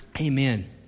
Amen